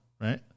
right